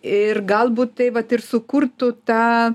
ir galbūt tai vat ir sukurtų tą